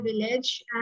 village